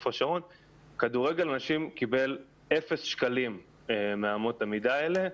כדורגל נשים קיבל אפס שקלים מאמות המידה האלה.